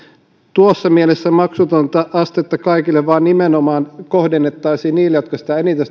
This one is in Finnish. tuossa mielessä maksutonta toista astetta kaikille vaan nimenomaan niin että kohdennettaisiin niille jotka sitä tukea eniten